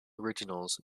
originals